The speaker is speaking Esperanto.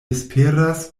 esperas